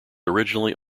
originally